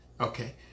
okay